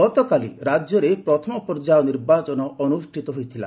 ଗତକାଲି ରାଜ୍ୟରେ ପ୍ରଥମ ପର୍ଯ୍ୟାୟ ନିର୍ବାଚନ ଅନୁଷ୍ଠିତ ହୋଇଥିଲା